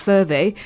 Survey